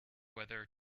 whether